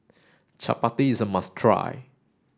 Chapati is a must try